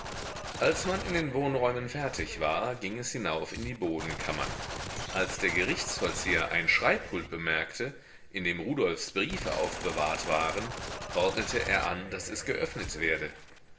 als man in den wohnräumen fertig war ging es hinauf in die bodenkammern als der gerichtsvollzieher ein schreibpult bemerkte in dem rudolfs briefe aufbewahrt waren ordnete er an daß es geöffnet werde